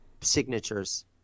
signatures